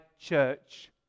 church